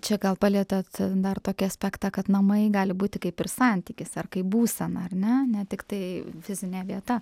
čia gal palietėt dar tokį aspektą kad namai gali būti kaip ir santykis ar kaip būseną ar ne ne tiktai fizinė vieta